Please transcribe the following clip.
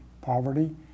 Poverty